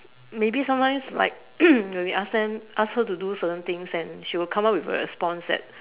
maybe sometimes like when we ask them ask her do certain things and she will come out with a response that